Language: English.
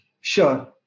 Sure